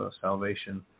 salvation